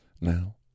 Now